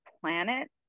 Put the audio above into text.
planet